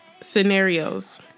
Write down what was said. scenarios